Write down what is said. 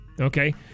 okay